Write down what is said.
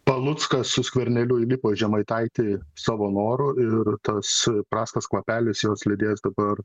paluckas su skverneliu įlipo į žemaitaitį savo noru ir tas prastas kvapelis juos lydės dabar